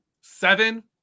seven